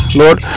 lord